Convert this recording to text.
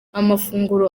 amafunguro